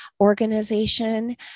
organization